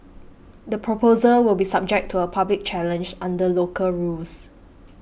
the proposal will be subject to a public challenge under local rules